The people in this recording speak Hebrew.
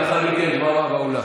לאחר מכן, דממה באולם.